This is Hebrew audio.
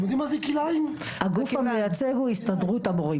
הגוף המייצג זו הסתדרות המורים.